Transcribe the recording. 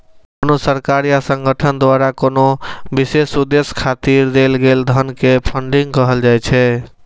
कोनो सरकार या संगठन द्वारा कोनो विशेष उद्देश्य खातिर देल गेल धन कें फंडिंग कहल जाइ छै